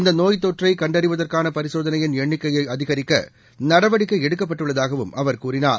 இந்தநோய் தொற்றைகண்டறிவதற்கானபரிசோதனையின் எண்ணிக்கையை அதிகரிக்கநட வடிக்கைஎடுக்கப்பட்டுள்ளதாகவும் அவர் கூறினார்